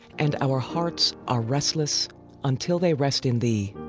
and our hearts are restless until they rest in thee